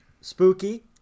spooky